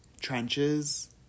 trenches